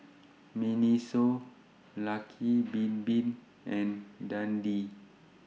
Miniso Lucky Bin Bin and Dundee